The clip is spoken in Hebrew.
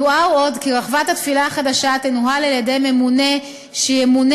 יוער עוד כי רחבת התפילה החדשה תנוהל על-ידי ממונה שימונה